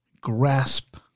grasp